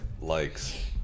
Likes